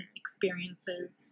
experiences